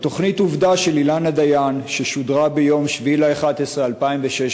בתוכנית "עובדה" של אילנה דיין ששודרה ביום 7 בנובמבר 2016,